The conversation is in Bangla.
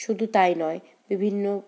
শুধু তাই নয় বিভিন্ন